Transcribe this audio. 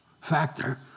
factor